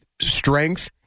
strength